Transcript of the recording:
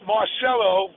Marcello